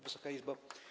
Wysoka Izbo!